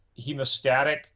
hemostatic